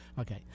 Okay